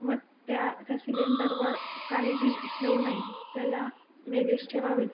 व त्या थ्या सिलेंडरवर काहीही ठेऊ नये त्याला वेगळेच ठेवावे